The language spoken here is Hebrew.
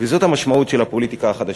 וזאת המשמעות של הפוליטיקה החדשה.